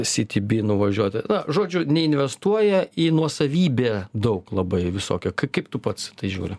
sityby nuvažiuoti na žodžiu neinvestuoja į nuosavybę daug labai visokią kai kaip tu pats į tai žiūri